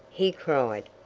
he cried.